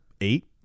eight